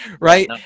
right